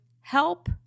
help